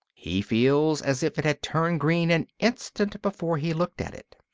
he feels as if it had turned green an instant before he looked at it.